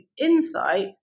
insight